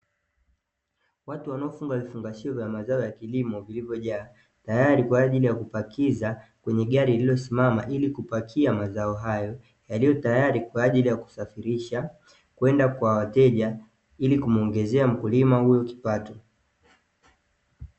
Watu wanaofunga vifungashio vya mazao ya kilimo, vilivyojaa tayari kwa ajili ya kupakiza kwenye gari lililosimama ili kupakia mazao hayo yaliyo tayari kwa ajili ya kusafirisha kwenda kwa wateja, ili kumuongezea mkulima huyo kipato.